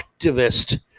Activist